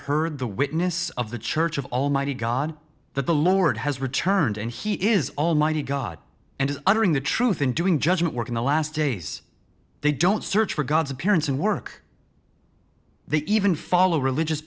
heard the witness of the church of almighty god that the lord has returned and he is almighty god and uttering the truth and doing judgment work in the last days they don't search for god's appearance and work they even follow religious